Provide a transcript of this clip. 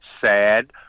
sad